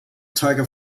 tiger